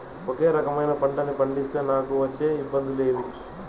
ఒకే రకమైన పంటలని పండిస్తే నాకు వచ్చే ఇబ్బందులు ఏమి?